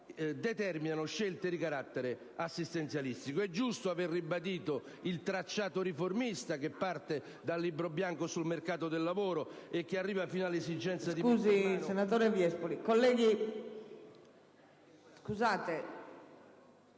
comportano scelte di carattere assistenzialistico. È giusto aver ribadito il tracciato riformista che parte dal Libro bianco sul mercato del lavoro e che arriva fino all'esigenza di